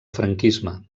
franquisme